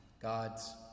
God's